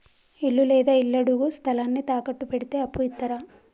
ఇల్లు లేదా ఇళ్లడుగు స్థలాన్ని తాకట్టు పెడితే అప్పు ఇత్తరా?